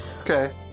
Okay